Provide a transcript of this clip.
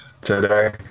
today